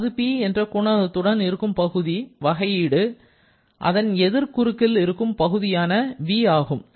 அதாவது P என்ற குணகத்துடன் இருக்கும் பகுதி வகையீடு அதன் எதிர் குறுக்கில் இருக்கும் பகுதியான v ஆகும்